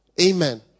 Amen